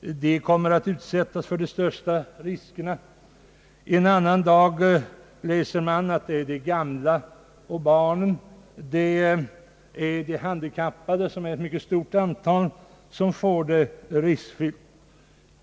till högertrafik; de kommer att utsättas för de största riskerna. En annan dag läser man att det särskilt gäller de gamla och barnen. Det skrivs också att de handikappade, som utgör en mycket stor grupp, får det riskfyllt.